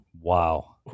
wow